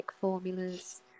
formulas